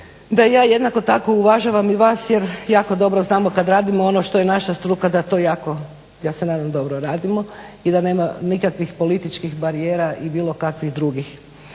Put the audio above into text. i ja jednako tako uvažavam i vas jer jako dobro znamo kad radimo ono što je naša struka da to jako ja se nadam dobro radimo i da nema nikakvih političkih barijera i bilo kakvih drugih.